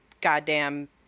goddamn